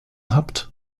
habt